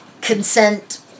consent